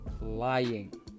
lying